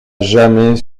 jamais